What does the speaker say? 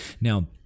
Now